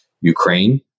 Ukraine